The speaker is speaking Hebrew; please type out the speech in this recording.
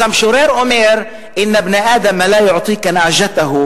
אז המשורר אומר: אִנַּ אבְּן אַדַם לַא יֻעְטִיכַּ נַעְגַ'תַהֻ